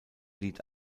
lied